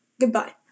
Goodbye